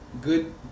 good